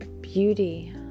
beauty